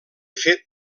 fet